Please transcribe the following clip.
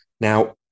Now